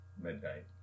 midnight